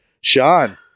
Sean